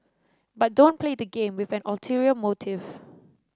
but don't play the game with an ulterior motive